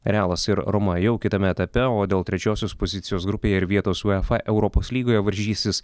realas ir roma jau kitame etape o dėl trečiosios pozicijos grupėje ir vietos uefa europos lygoje varžysis